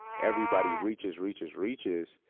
everybody reaches, reaches, reaches,